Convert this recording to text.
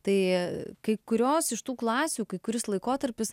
tai kai kurios iš tų klasių kai kuris laikotarpis